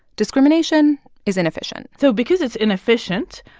discrimination is inefficient so because it's inefficient,